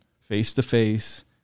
face-to-face